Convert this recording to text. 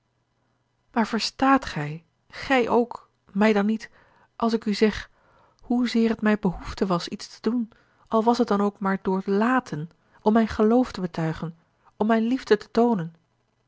maar verstaat gij gij ook mij dan niet als ik u zeg a l g bosboom-toussaint de delftsche wonderdokter eel hoezeer het mij behoefte was iets te doen al was het dan ook maar door laten om mijn geloof te betuigen om mijne liefde te toonen